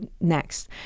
next